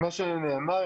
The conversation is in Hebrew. כמו שנאמר,